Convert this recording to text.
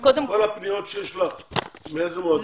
כל הפניות שיש לך, מאיזה מועדים מדובר?